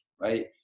right